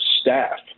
staff